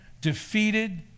defeated